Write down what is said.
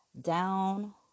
down